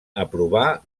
aprovà